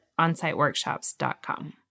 onsiteworkshops.com